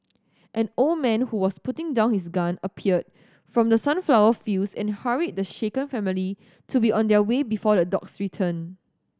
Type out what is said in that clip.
an old man who was putting down his gun appeared from the sunflower fields and hurried the shaken family to be on their way before the dogs return